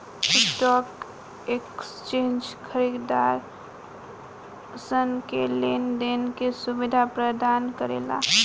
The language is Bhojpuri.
स्टॉक एक्सचेंज खरीदारसन के लेन देन के सुबिधा परदान करेला